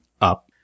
up